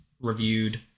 reviewed